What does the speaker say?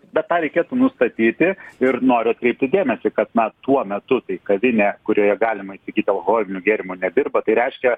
bet ką reikėtų nustatyti ir noriu atkreipti dėmesį kad na tuo metu tai kavinė kurioje galima įsigyti alkoholinių gėrimų nedirba tai reiškia